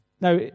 Now